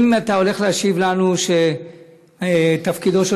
אם אתה הולך להשיב לנו שתפקידו של